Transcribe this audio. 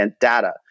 data